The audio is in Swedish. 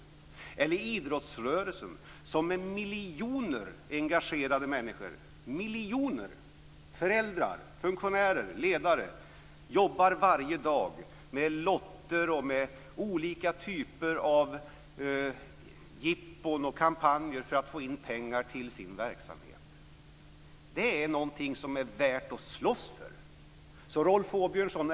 Det är idrottsrörelsen, som med miljoner engagerade människor, miljoner föräldrar, funktionärer, ledare jobbar varje dag med lotter och olika typer av jippon och kampanjer för att få in pengar till sin verksamhet. Det är någonting som är värt att slåss för.